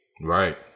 Right